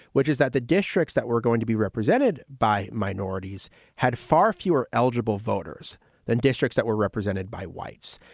which is that the districts that were going to be represented by minorities had far fewer eligible voters than districts that were represented by whites.